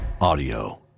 audio